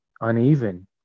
uneven